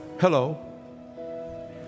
Hello